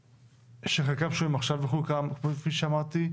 מכירים, שחלקם שוהים עכשיו בחו"ל כפי שאמרתי,